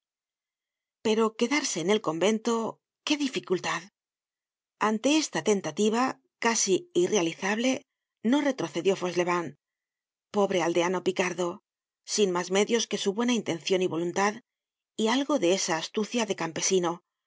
pero quedarse en el convento qué dificultad ante esta tentativa casi irrealizable no retrocedió fauchelevent pobre aldeano picardo sin mas medios que su buena intencion y voluntad y algo de esa astucia de campesino